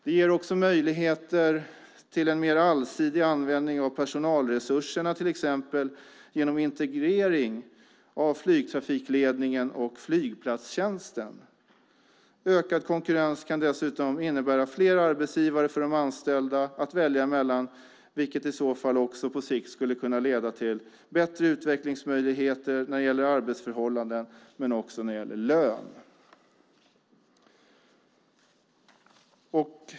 Det ger också möjligheter till en mer allsidig användning av personalresurserna genom integrering av flygtrafikledningen och flygplatstjänsten. Ökad konkurrens kan dessutom innebära fler arbetsgivare för de anställda att välja mellan, vilket i så fall också på sikt skulle kunna leda till bättre utvecklingsmöjligheter när det gäller arbetsförhållanden och också när det gäller lön.